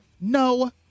No